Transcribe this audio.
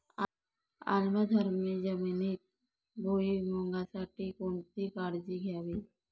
आम्लधर्मी जमिनीत भुईमूगासाठी कोणती काळजी घ्यावी?